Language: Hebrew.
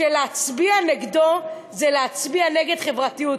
שלהצביע נגדו זה להצביע נגד חברתיות.